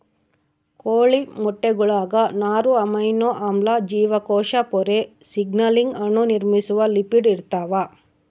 ಕೋಳಿ ಮೊಟ್ಟೆಗುಳಾಗ ನಾರು ಅಮೈನೋ ಆಮ್ಲ ಜೀವಕೋಶ ಪೊರೆ ಸಿಗ್ನಲಿಂಗ್ ಅಣು ನಿರ್ಮಿಸುವ ಲಿಪಿಡ್ ಇರ್ತಾವ